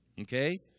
Okay